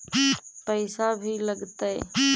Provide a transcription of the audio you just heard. पैसा भी लगतय?